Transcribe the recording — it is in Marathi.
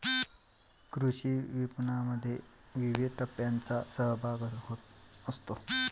कृषी विपणनामध्ये विविध टप्प्यांचा सहभाग असतो